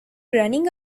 running